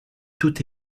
toute